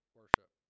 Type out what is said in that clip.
worship